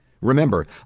Remember